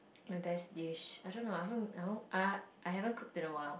my best dish I don't know I haven't uh I haven't cooked in a while